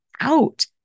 out